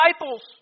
disciples